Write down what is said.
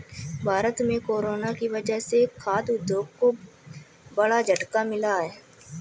भारत में कोरोना की वजह से खाघ उद्योग को बड़ा झटका मिला है